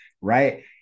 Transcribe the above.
right